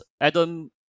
Adam